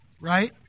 right